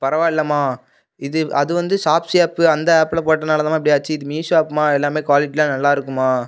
பரவாயில்லைம்மா இது அது வந்து ஷாப்ஸி ஆப் அந்த ஆப்பில் போட்டதுனாலதாம்மா இப்படி ஆச்சு இது மீஷோ ஆப்பும்மா எல்லாம் குவாலிட்டிலாம் நல்லா இருக்கும்மா